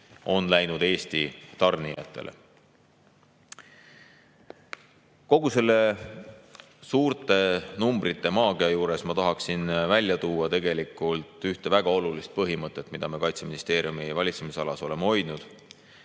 on läinud Eesti tarnijatele. Kogu selle suurte numbrite maagia juures ma tahaksin välja tuua tegelikult ühte väga olulist põhimõtet, mida me Kaitseministeeriumi valitsemisalas hoidnud.